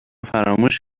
فراموش